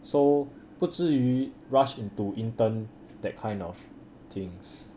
so 不至于 rush into intern that kind of things